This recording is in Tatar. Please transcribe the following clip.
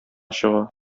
чыга